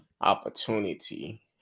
opportunity